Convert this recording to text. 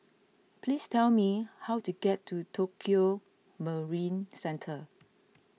please tell me how to get to Tokio Marine Centre